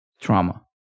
Trauma